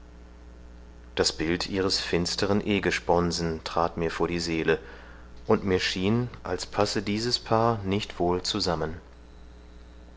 das bild ihres finsteren ehgesponsen trat mir vor die seele und mir schien es passe dieses paar nicht wohl zusammen